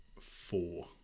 four